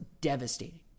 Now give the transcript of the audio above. devastating